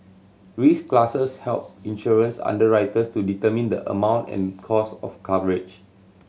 risk classes help insurance underwriters to determine the amount and cost of coverage